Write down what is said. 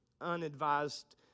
unadvised